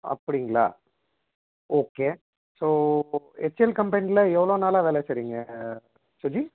அப்படிங்ளா okay so HL கம்பெனியில் எவ்வளோ நாளாக வேலை செய்யுறீங்க சுஜி